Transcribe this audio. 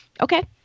Okay